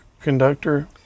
conductor